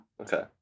Okay